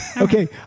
Okay